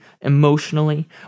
emotionally